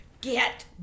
get